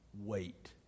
wait